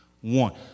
one